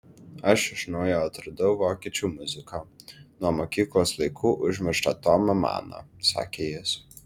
aš iš naujo atradau vokiečių muziką nuo mokyklos laikų užmirštą tomą maną sakė jis